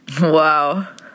Wow